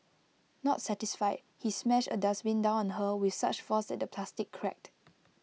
not satisfied he smashed A dustbin down on her with such force that the plastic cracked